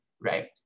Right